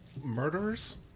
Murderers